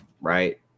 right